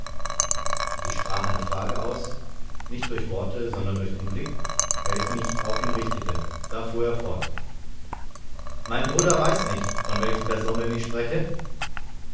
ich sprach eine frage aus nicht durch worte sondern durch den blick welchen ich auf ihn richtete da fuhr er fort mein bruder weiß nicht von welchen personen ich spreche